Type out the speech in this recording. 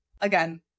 again